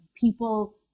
people